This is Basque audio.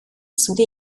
zuri